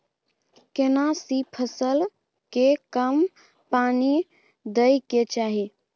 केना सी फसल के कम पानी दैय के चाही?